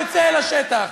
וצא אל השטח,